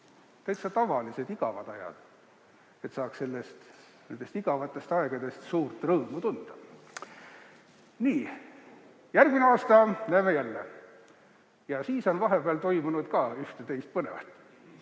täitsa tavalised, igavad ajad, siis saaks nendest igavatest aegadest suurt rõõmu tunda. Järgmisel aastal näeme jälle ja siis on vahepeal toimunud ka ühte-teist põnevat.